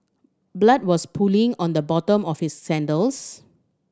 blood was pooling on the bottom of his sandals